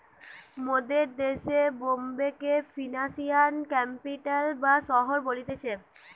মোদের দেশে বোম্বে কে ফিনান্সিয়াল ক্যাপিটাল বা শহর বলতিছে